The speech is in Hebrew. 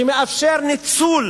שמאפשרות ניצול